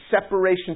separation